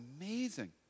amazing